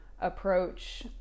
approach